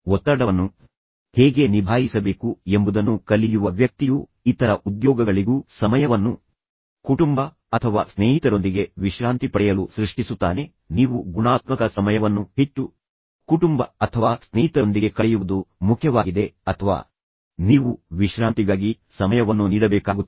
ಒತ್ತಡವನ್ನು ಹೇಗೆ ನಿಭಾಯಿಸಬೇಕು ಎಂಬುದನ್ನು ಕಲಿಯುವ ವ್ಯಕ್ತಿಯು ಇತರ ಉದ್ಯೋಗಗಳಿಗೂ ಸಮಯವನ್ನು ಕುಟುಂಬ ಅಥವಾ ಸ್ನೇಹಿತರೊಂದಿಗೆ ವಿಶ್ರಾಂತಿ ಪಡೆಯಲು ಸೃಷ್ಟಿಸುತ್ತಾನೆ ನೀವು ಗುಣಾತ್ಮಕ ಸಮಯವನ್ನು ಹೆಚ್ಚು ಕುಟುಂಬ ಅಥವಾ ಸ್ನೇಹಿತರೊಂದಿಗೆ ಕಳೆಯುವುದು ಮುಖ್ಯವಾಗಿದೆ ಅಥವಾ ನೀವು ವಿಶ್ರಾಂತಿಗಾಗಿ ಸಮಯವನ್ನು ನೀಡಬೇಕಾಗುತ್ತದೆ